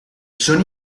son